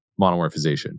monomorphization